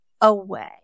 away